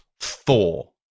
Thor